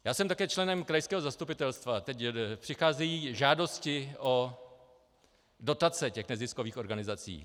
Já jsem také členem krajského zastupitelstva a teď přicházejí žádosti o dotace neziskových organizací.